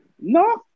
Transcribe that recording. No